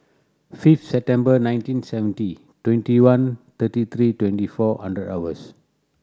fifth September nineteen seventy twenty one thirty three twenty four hundred hours